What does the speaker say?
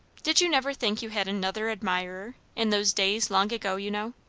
did you never think you had another admirer in those days long ago, you know?